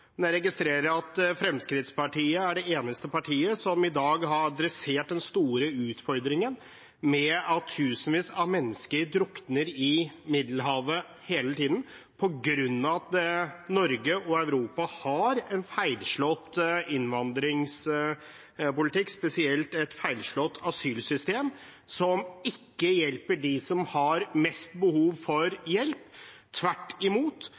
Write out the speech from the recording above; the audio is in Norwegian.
men jeg registrerer at Fremskrittspartiet er det eneste partiet som i dag har adressert den store utfordringen med at tusenvis av mennesker drukner i Middelhavet på grunn av at Norge og Europa har en feilslått innvandringspolitikk, spesielt et feilslått asylsystem, som ikke hjelper dem som har mest behov for hjelp. Tvert imot